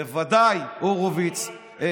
בוודאי הורוביץ,